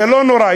זה לא נורא,